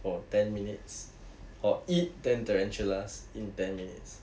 for ten minutes or eat ten tarantulas in ten minutes